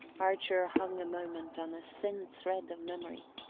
archer hung a moment on a thin thread of memory,